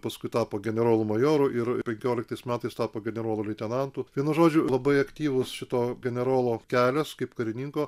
paskui tapo generolu majoru ir penkioliktais metais tapo generolu leitenantu vienu žodžiu labai aktyvus šito generolo kelias kaip karininko